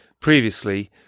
previously